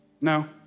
no